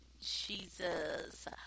Jesus